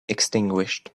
extinguished